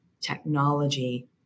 technology